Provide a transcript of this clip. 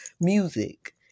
music